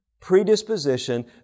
predisposition